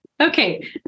Okay